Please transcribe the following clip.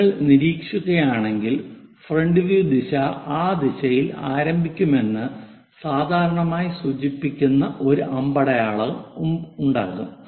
നിങ്ങൾ നിരീക്ഷിക്കുകയാണെങ്കിൽ front view ദിശ ആ ദിശയിൽ ആരംഭിക്കുമെന്ന് സാധാരണയായി സൂചിപ്പിക്കുന്ന ഒരു അമ്പടയാളം ഉണ്ടാകും